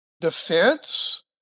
Defense